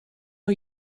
are